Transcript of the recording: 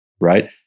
right